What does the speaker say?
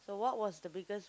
so what was the biggest